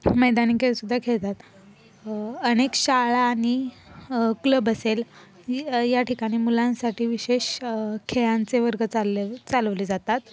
मैदानी खेळ सुद्धा खेळतात अनेक शाळा आणि क्लब असेल या ठिकाणी मुलांसाठी विशेष खेळांचे वर्ग चालले चालवले जातात